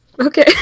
Okay